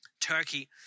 Turkey